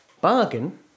bargain